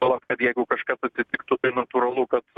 o jeigu kažkas atsitiktų natūralu kad